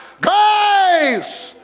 grace